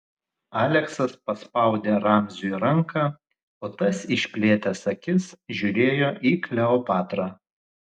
aleksas paspaudė ramziui ranką o tas išplėtęs akis žiūrėjo į kleopatrą